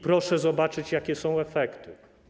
Proszę zobaczyć, jakie są efekty.